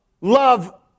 love